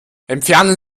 entfernen